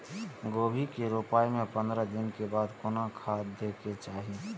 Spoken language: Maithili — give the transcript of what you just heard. गोभी के रोपाई के पंद्रह दिन बाद कोन खाद दे के चाही?